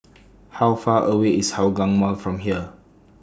How Far away IS Hougang Mall from here